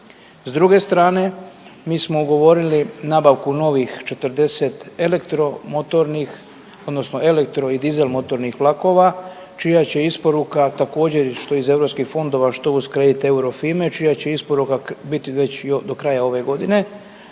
S druge strane mi smo ugovorili nabavku novih 40 elektromotornih odnosno elektro i dizel motornih vlakova čija će isporuka također što iz europskih fondova što uz kredit euro …/Govornik se ne razumije./… čija će isporuka biti već do kraja ove godine,